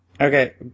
Okay